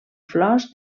flors